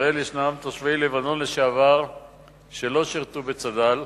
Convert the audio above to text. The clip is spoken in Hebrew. בישראל יש תושבי לבנון לשעבר שלא שירתו בצד"ל,